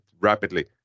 rapidly